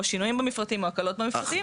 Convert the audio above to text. שינויים במפרטים או הקלות במפרטים.